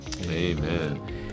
Amen